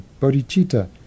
bodhicitta